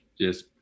Yes